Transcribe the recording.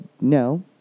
No